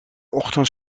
ochtend